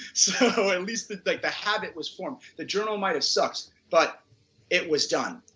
so at least that like the habit was formed. the journal might have sucked but it was done.